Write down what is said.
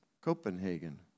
Copenhagen